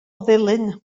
ddulyn